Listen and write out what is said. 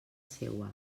seua